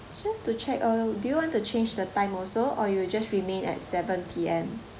just to check uh do you want to change the time also or you just remain at seven P_M